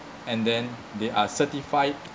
and then they are certified